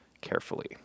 carefully